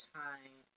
time